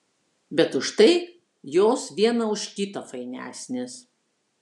bet už tai jos viena už kitą fainesnės